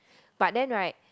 but then right